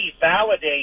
validate